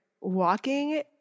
walking